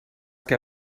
que